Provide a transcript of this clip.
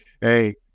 Hey